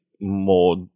more